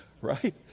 Right